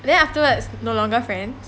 then afterwards no longer friends